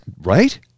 right